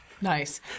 Nice